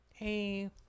hey